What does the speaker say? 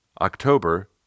October